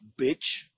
bitch